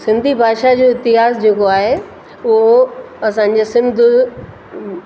सिंधी भाषा जो इतिहास जेको आहे उहो असांजे सिंधु